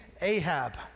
Ahab